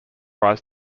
rise